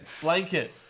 Blanket